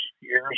years